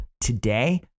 today